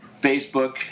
Facebook